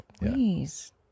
please